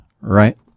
right